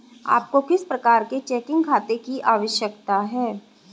आपको किस प्रकार के चेकिंग खाते की आवश्यकता है?